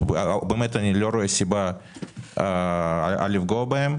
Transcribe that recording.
אני לא רואה סיבה לפגוע בהם.